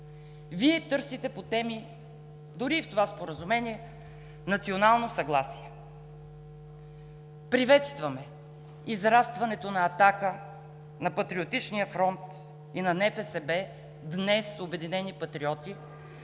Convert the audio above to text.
Вие търсите по теми, дори и в това споразумение, национално съгласие. Приветстваме израстването на Атака, на Патриотичния фронт и на НФСБ – днес Обединени патриоти,